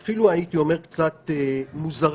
אין כאן בעצם אף אחד מהרשות המבצעת.